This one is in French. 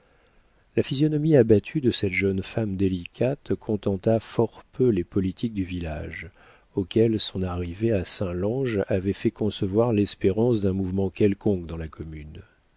la physionomie abattue de cette jeune femme délicate contenta fort peu les politiques du village auxquels son arrivée à saint lange avait fait concevoir l'espérance d'un mouvement quelconque dans la commune